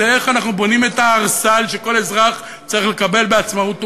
זה איך אנחנו בונים את הערסל שכל אזרח צריך לקבל בעצמאות ובכבוד.